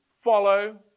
follow